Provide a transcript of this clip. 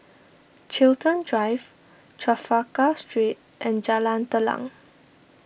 Chiltern Drive Trafalgar Street and Jalan Telang